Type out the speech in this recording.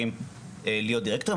הדירקטורים להיות דירקטורים.